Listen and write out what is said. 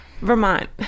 Vermont